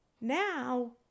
Now